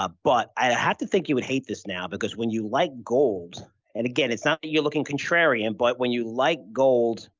ah but i have to think you would hate this now because when you liked gold and again it's not that you're looking contrarian but when you liked gold,